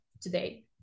today